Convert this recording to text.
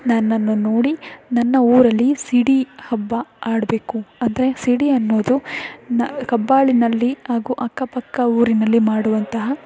ನನ್ನನ್ನು ನೋಡಿ ನನ್ನ ಊರಲ್ಲಿ ಸಿಡಿ ಹಬ್ಬ ಆಡಬೇಕು ಅಂದರೆ ಸಿಡಿ ಅನ್ನೋದು ಕಬ್ಬಾಳಿನಲ್ಲಿ ಹಾಗೂ ಅಕ್ಕಪಕ್ಕ ಊರಿನಲ್ಲಿ ಮಾಡುವಂತಹ